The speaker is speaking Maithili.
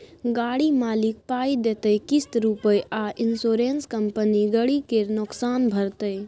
गाड़ी मालिक पाइ देतै किस्त रुपे आ इंश्योरेंस कंपनी गरी केर नोकसान भरतै